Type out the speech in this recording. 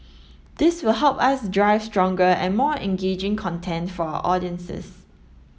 this will help us drive stronger and more engaging content for our audiences